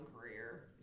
career